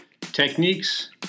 techniques